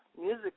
Music